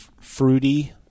fruity